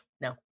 No